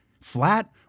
flat